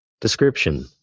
Description